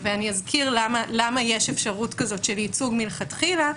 ואני אזכיר למה יש אפשרות כזאת של ייצוג מלכתחילה,